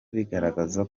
bigaragaza